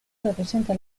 representa